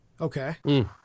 Okay